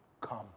Come